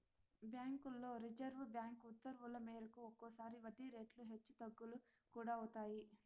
బ్యాంకుల్లో reserve bank ఉత్తర్వుల మేరకు ఒక్కోసారి వడ్డీ రేట్లు హెచ్చు తగ్గులు కూడా అవుతాయి